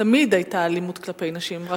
תמיד היתה אלימות נגד נשים רק,